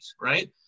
right